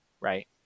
Right